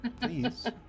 please